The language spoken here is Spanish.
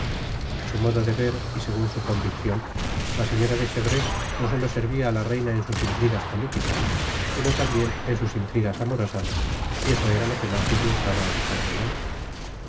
a su modo de ver y segun su conviccion la señora de chevreuse no solo servia á la reina en sus intrigas politicas sino tambien en sus intrigas amorosas y eso era lo que mas disgustaba al cardenal